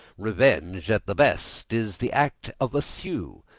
revenge, at the best, is the act of a siou,